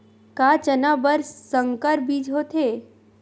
का चना बर संकर बीज होथे?